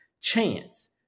chance